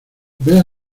vea